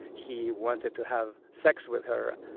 he wanted to have sex with her.